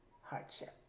hardship